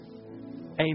Amen